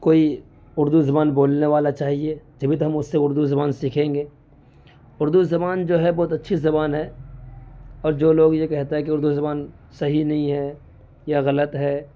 کوئی اردو زبان بولنے والا چاہیے جب ہی تو ہم اس سے اردو زبان سیکھیں گے اردو زبان جو ہے بہت اچھی زبان ہے اور جو لوگ یہ کہتا ہے کہ اردو زبان صحیح نہیں ہے یا غلط ہے